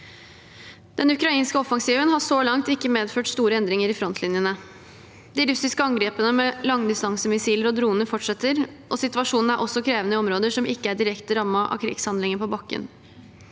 Den ukrainske offensiven har så langt ikke medført store endringer i frontlinjene. De russiske angrepene med langdistansemissiler og droner fortsetter, og situasjonen er også krevende i områder som ikke er direkte rammet av krigshandlinger på bakken.